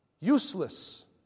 Useless